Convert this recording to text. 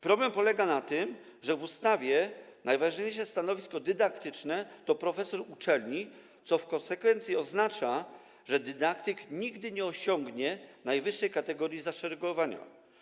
Problem polega na tym, że w ustawie najważniejsze stanowisko dydaktyczne to profesor uczelni, co w konsekwencji oznacza, że dydaktyk nigdy nie osiągnie najwyższej kategorii zaszeregowania.